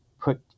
put